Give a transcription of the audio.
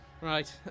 Right